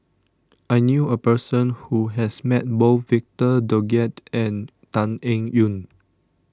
I knew a person who has met both Victor Doggett and Tan Eng Yoon